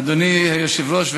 אדוני היושב-ראש,